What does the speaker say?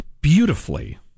beautifully